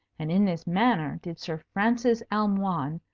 and in this manner did sir francis almoign,